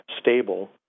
stable